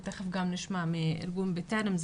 ותיכף גם נשמע מארגון 'בטרם',